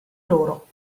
loro